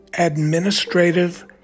Administrative